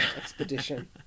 Expedition